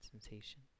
sensation